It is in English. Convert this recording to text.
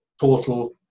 portal